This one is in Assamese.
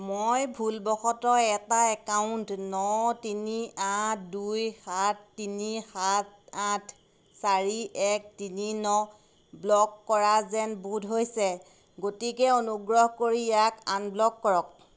মই ভুলবশতঃ এটা একাউণ্ট ন তিনি আঠ দুই সাত তিনি সাত আঠ চাৰি এক তিনি ন ব্লক কৰা যেন বোধ হৈছে গতিকে অনুগ্ৰহ কৰি ইয়াক আনব্লক কৰক